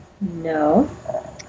No